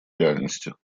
реальностью